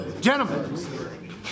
Gentlemen